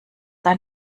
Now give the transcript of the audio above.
ein